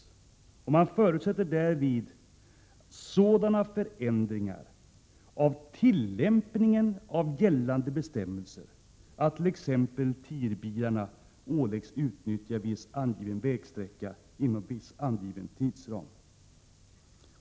Vidare uttalades att ”utskottet förutsätter därvid ——— sådan förändring av hittillsvarande tillämpning av gällande bestämmelser att t.ex. TIR-bilarna åläggs utnyttja viss angiven vägsträcka inom viss angiven tidsram”. Fru talman!